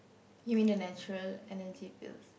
you mean the natural Energy Pills